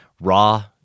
raw